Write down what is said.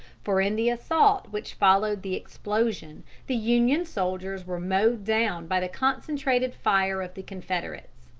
for in the assault which followed the explosion the union soldiers were mowed down by the concentrated fire of the confederates.